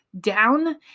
down